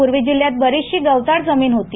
पूर्वी जिल्ह्यात बरीचशी गवताळ जमीन होती